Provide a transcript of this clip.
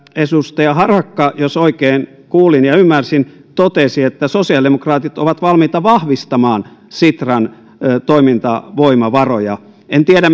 edustaja harakka jos oikein kuulin ja ja ymmärsin totesi että sosiaalidemokraatit ovat valmiita vahvistamaan sitran toiminnan voimavaroja en tiedä